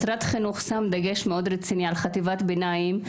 משרד החינוך שם דגש מאוד רציני על חטיבת הביניים,